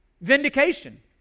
Vindication